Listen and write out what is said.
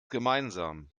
gemeinsam